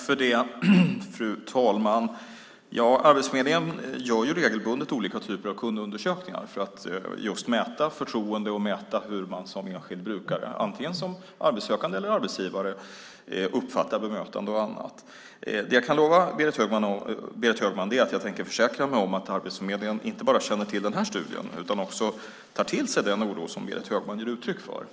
Fru talman! Arbetsförmedlingen gör regelbundet olika typer av kundundersökningar för att mäta förtroende och hur man som enskild brukare, antingen som arbetssökande eller arbetsgivare, uppfattar bemötande och annat. Jag kan lova Berit Högman att jag tänker försäkra mig om att Arbetsförmedlingen inte bara känner till den här studien utan också tar till sig den oro som Berit Högman ger uttryck för.